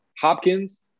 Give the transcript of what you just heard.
Hopkins